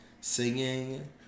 singing